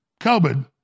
COVID